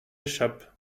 échappe